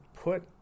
put